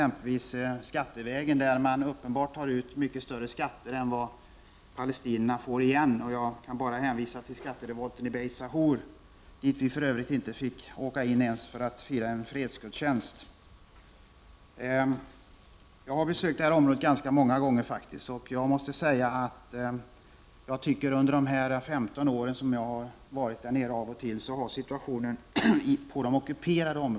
Man tar exempelvis ut mycket större skatter av palestinierna än de får igen i form av service. Jag kan bara hänvisa till skatterevolten i Beit Sahur. Vi fick för övrigt inte åka in i den staden ens för att fira en fredsgudstjänst. Jag har besökt de ockuperade områdena många gånger. Under de 15 år som jag har varit där nere av och till har situationen förvärrats.